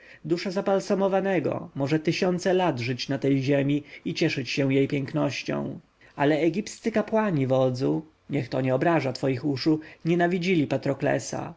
dusza zabalsamowanego może tysiące lat żyć na tej ziemi i cieszyć się jej pięknością ale egipscy kapłani wodzu niech to nie obraża twoich uszu nienawidzili patroklesa